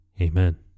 amen